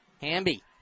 Hamby